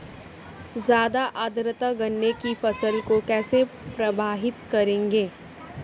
ज़्यादा आर्द्रता गन्ने की फसल को कैसे प्रभावित करेगी?